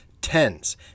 tens